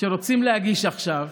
שרוצים להגיש עכשיו